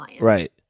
Right